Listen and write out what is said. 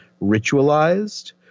ritualized